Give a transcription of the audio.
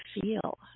feel